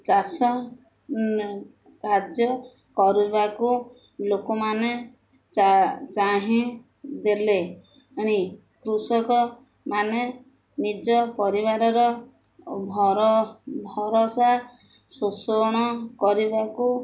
ଚାଷ କାର୍ଯ୍ୟ କରିବାକୁ ଲୋକମାନେ ଚା ଚାହିଁ ଦେଲେ ଆଣି କୃଷକମାନେ ନିଜ ପରିବାରର ଭର ଭରସା ଶୋଷଣ କରିବାକୁ